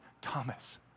Thomas